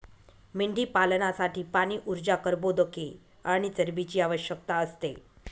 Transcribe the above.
मेंढीपालनासाठी पाणी, ऊर्जा, कर्बोदके आणि चरबीची आवश्यकता असते